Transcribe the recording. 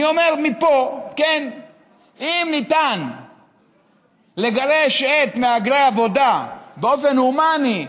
אני אומר מפה: אם ניתן לגרש את מהגרי העבודה באופן הומני,